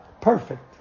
Perfect